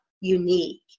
unique